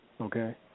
Okay